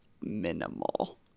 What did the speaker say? minimal